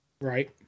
Right